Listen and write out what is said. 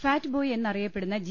Fatboy എന്നറിയ പ്പെടുന്ന G